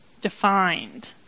defined